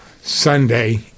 Sunday